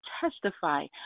testify